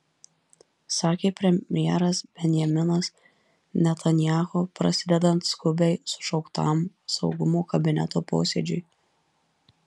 sakė premjeras benjaminas netanyahu prasidedant skubiai sušauktam saugumo kabineto posėdžiui